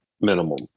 minimum